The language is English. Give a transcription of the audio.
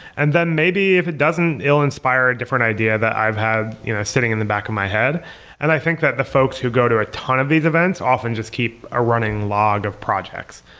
and then maybe if it doesn't, it'll inspire a different idea that i've had you know sitting in the back of my head and i think that the folks who go to a ton of these events, often just keep a running log of projects.